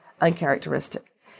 uncharacteristic